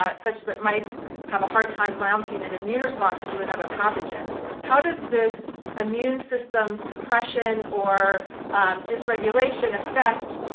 ah such that mice have a hard time lounging in immune response to another pathogen. how does this immune system suppression or dysregulation affect